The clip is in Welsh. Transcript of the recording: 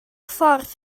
ffordd